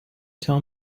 tell